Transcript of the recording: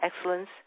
Excellence